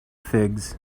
figs